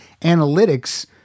analytics